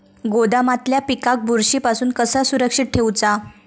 गोदामातल्या पिकाक बुरशी पासून कसा सुरक्षित ठेऊचा?